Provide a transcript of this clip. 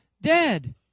dead